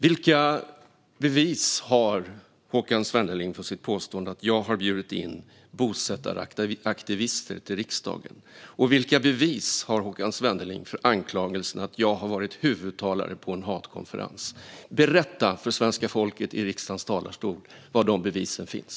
Vilka bevis har Håkan Svenneling för sitt påstående att jag har bjudit in bosättaraktivister till riksdagen? Vilka bevis har Håkan Svenneling för anklagelsen att jag har varit huvudtalare på en hatkonferens? Berätta för svenska folket i riksdagens talarstol var de bevisen finns!